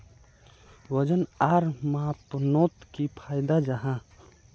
वजन आर मापनोत की फायदा जाहा?